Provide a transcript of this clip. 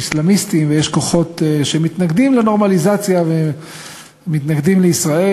יש אסלאמיסטים ויש כוחות שמתנגדים לנורמליזציה ומתנגדים לישראל.